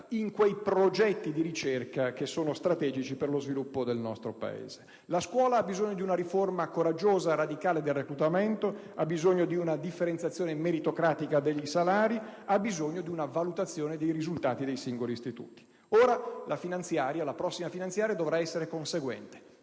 in quei progetti di ricerca strategici per lo sviluppo del nostro Paese. La scuola ha bisogno di una riforma coraggiosa e radicale del reclutamento, ha bisogno di una differenziazione meritocratica dei salari, ha bisogno di una valutazione dei risultati dei singoli istituti. La prossima finanziaria dovrà essere conseguente.